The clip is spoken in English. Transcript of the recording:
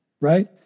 right